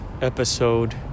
episode